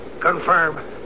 Confirm